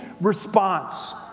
response